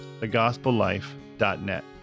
thegospellife.net